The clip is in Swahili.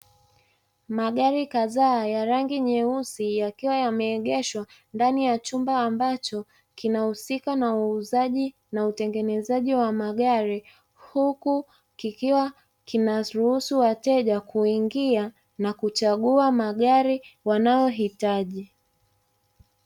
Magari kadhaa ya rangi nyeusi yakiwa yameegeshwa ndani ya chumba ambacho kina husika na uuzaji na utengenezaji wa magari, huku kikiwa kinaruhusu wateja kuingia na kuchagua magari wanayohitaji.